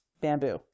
bamboo